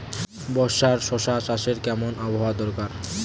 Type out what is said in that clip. বর্ষার শশা চাষে কেমন আবহাওয়া দরকার?